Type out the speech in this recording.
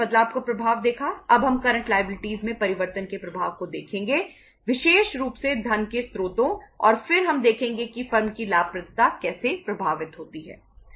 balance sheet में परिवर्तन के प्रभाव को देखेंगे विशेष रूप से धन के स्रोतों और फिर हम देखेंगे कि फर्म की लाभप्रदता कैसे प्रभावित होती है